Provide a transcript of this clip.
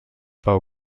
pau